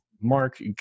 mark